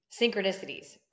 synchronicities